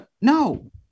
no